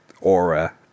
aura